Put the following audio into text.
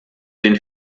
den